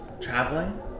traveling